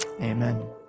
Amen